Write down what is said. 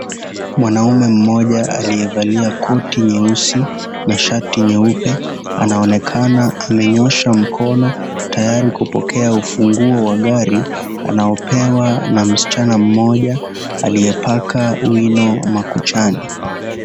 Mwanaume mmoja aliyevalia koti nyeusi na shati nyeupe anaonekana amenyoosha mkono tayari kupokea ufunguo wa gari anaopewa na msichana mmoja aliyepaka wino makuchani.